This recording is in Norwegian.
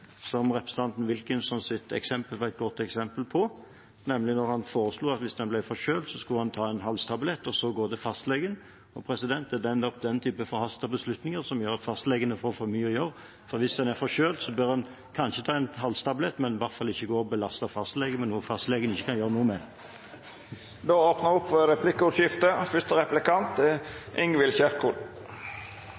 som representanten Wilkinsons råd var et godt eksempel på, da han foreslo at hvis han ble forkjølet, skulle han ta en halstablett, og så gå til fastlegen. Det er nok den type forhastede beslutninger som gjør at fastlegene får for mye å gjøre, for hvis en er forkjølet, bør en kanskje ta en halstablett, men i hvert fall ikke belaste fastlegen med noe fastlegen ikke kan gjøre noe med Det vert replikkordskifte. For snart et år siden, i april i fjor, leverte Arbeiderpartiet et forslag om å sikre fastlegeordningen og